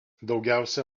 daugiausia